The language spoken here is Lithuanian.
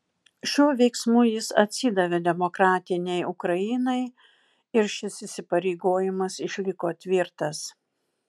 šiuo veiksmu jis atsidavė demokratinei ukrainai ir šis įsipareigojimas išliko tvirtas